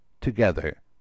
together